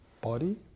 body